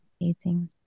amazing